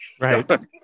Right